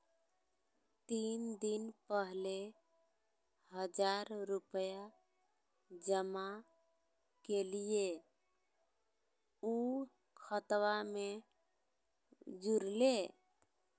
तीन दिन पहले हजार रूपा जमा कैलिये, ऊ खतबा में जुरले?